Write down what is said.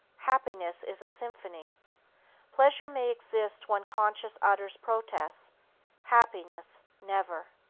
happiness is a symphony pleasure may exist when conscience utters protests happiness never.